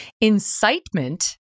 Incitement